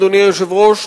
אדוני היושב-ראש,